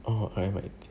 oh R_M_I_T